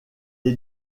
est